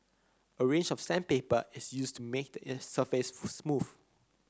a range of sandpaper is used to make the surface smooth